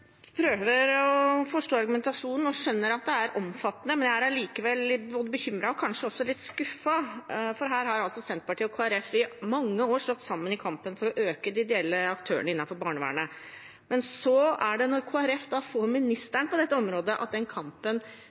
prøver å forstå argumentasjonen og skjønner at det er omfattende, men jeg er allikevel bekymret og kanskje også litt skuffet, for her har Senterpartiet og Kristelig Folkeparti i mange år stått sammen i kampen for å øke de ideelle aktørene innenfor barnevernet. Men så er det når Kristelig Folkeparti får ministeren på dette området, at den kampen